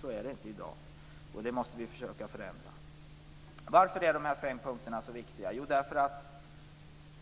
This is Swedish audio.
Så är det inte i dag. Det måste vi försöka att förändra. Varför är dessa fem punkter så viktiga? Det är för att